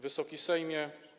Wysoki Sejmie!